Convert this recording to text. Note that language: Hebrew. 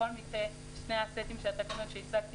בכל מקרה שני הסטים של התקנות שהצגתי